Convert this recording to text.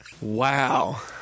Wow